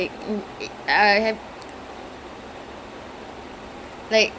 I haven't I've never been to indian weddings sia like actually